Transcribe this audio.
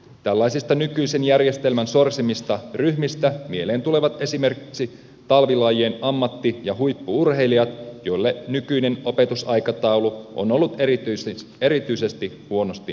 tällaisista nykyisen järjestelmän sorsimista ryhmistä mieleen tulevat esimerkiksi talvilajien ammatti ja huippu urheilijat joille nykyinen opetusaikataulu on ollut erityisesti huonosti sopiva